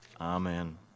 Amen